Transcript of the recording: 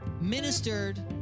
ministered